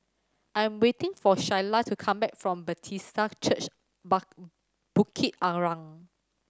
I'm waiting for Shayla to come back from Bethesda Church but Bukit Arang